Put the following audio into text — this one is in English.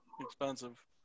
Expensive